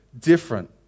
different